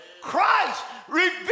Christ